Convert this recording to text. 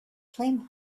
flame